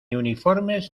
uniformes